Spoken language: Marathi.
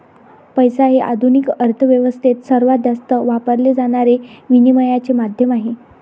पैसा हे आधुनिक अर्थ व्यवस्थेत सर्वात जास्त वापरले जाणारे विनिमयाचे माध्यम आहे